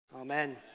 Amen